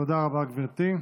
תודה רבה, גברתי.